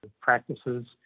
practices